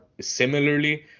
similarly